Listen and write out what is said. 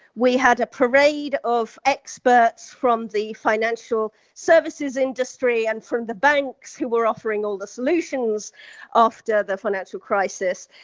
we had a parade of experts from the financial services industry and from the banks who were offering all the solutions after the financial crisis,